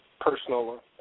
personal